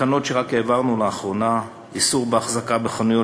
תקנות שהעברנו רק לאחרונה: איסור החזקה בחנויות